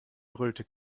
brüllte